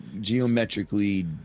geometrically